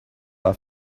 are